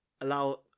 allow